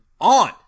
on